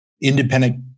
independent